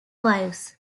wives